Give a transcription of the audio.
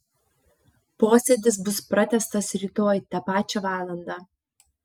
posėdis bus pratęstas rytoj tą pačią valandą